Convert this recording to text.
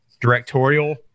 directorial